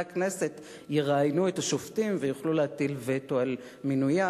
הכנסת יראיינו את השופטים ויוכלו להטיל וטו על מינוים.